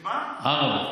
עראבה.